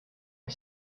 ole